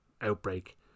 outbreak